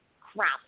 crap